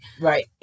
Right